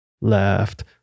left